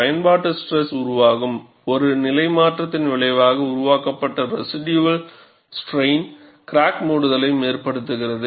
பயன்பாட்டு ஸ்ட்ரெஸ் உருவாகும் ஒரு நிலை மாற்றத்தின் விளைவாக உருவாக்கப்பட்ட ரெஷிடுயல் ஸ்ட்ரைன் கிராக் மூடுதலையும் ஏற்படுத்துகிறது